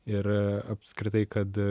ir apskritai kad